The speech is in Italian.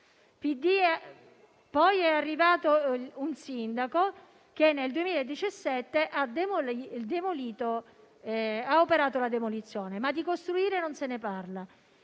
Poi è arrivato un sindaco che nel 2017 ha operato la demolizione, ma di ricostruire non se ne parla.